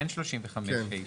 אין 35(ה)(2).